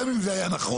גם אם זה היה נכון,